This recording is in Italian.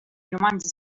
romanzi